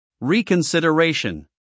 Reconsideration